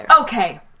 Okay